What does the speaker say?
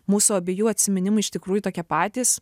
mūsų abiejų atsiminimai iš tikrųjų tokie patys